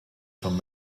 von